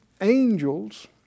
angels